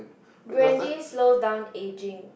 brandy slows down aging